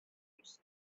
its